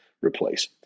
replace